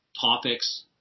topics